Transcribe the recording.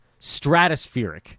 stratospheric